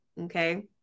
okay